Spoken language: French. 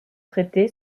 traité